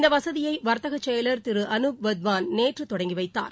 இந்த வசதியை வர்த்தக செயலர் திரு அனுப் வத்வான் நேற்று தெர்டங்கி வைத்தார்